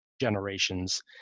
generations